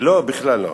לא, בכלל לא.